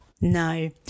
No